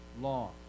law